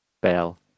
bell